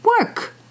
work